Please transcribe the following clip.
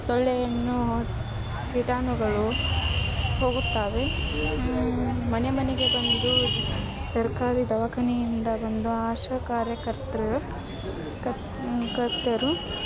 ಸೊಳ್ಳೆಯನ್ನು ಕೀಟಾಣುಗಳು ಹೋಗುತ್ತವೆ ಮನೆ ಮನೆಗೆ ಬಂದು ಸರ್ಕಾರಿ ದವಾಖಾನೆಯಿಂದ ಬಂದು ಆಶಾ ಕಾರ್ಯಕರ್ತ್ರು ಕ ಕರ್ತರು